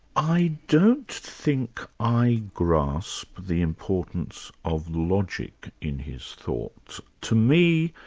i don't think i grasp the importance of logic in his thought. to me,